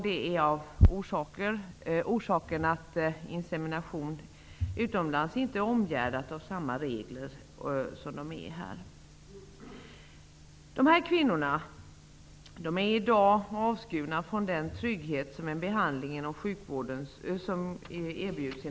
Detta av orsaken att insemination utomlands inte är omgärdad av samma regler som här. Dessa kvinnor är i dag avskurna från den trygghet som en behandling inom sjukvårdens ram erbjuder.